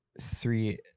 Three